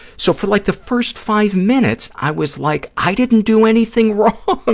so for like the first five minutes, i was like, i didn't do anything wrong. ah